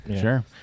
sure